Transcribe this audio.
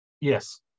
Yes